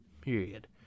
Period